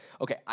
okay